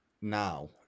now